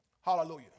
Hallelujah